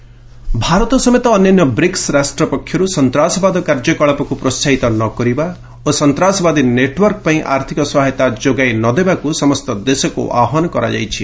BRICS terrorism Bharat ସମେତ ଅନ୍ୟାନ୍ୟ BRIC ରାଷ୍ଟ୍ର ପକ୍ଷରୁ ସନ୍ତ୍ରାସବାଦ କାର୍ଯ୍ୟକଳାପକୁ ପ୍ରୋସାହିତ ନ କରିବା ଓ ସନ୍ତାସବାଦୀ ନେଟୱାର୍କ ପାଇଁ ଆର୍ଥିକ ସହାୟତା ଯୋଗାଇ ନ ଦେବାକୁ ସମସ୍ତ ଦେଶକୁ ଆହ୍ପାନ କରାଯାଇଛି